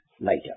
later